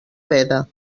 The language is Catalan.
veda